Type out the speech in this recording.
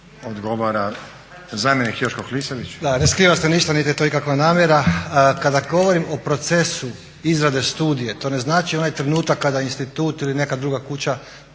odgovara zamjenik Joško Klisović.